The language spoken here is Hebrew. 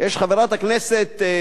יש חברת הכנסת,